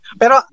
pero